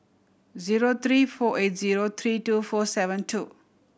zero three four eight zero three two four seven two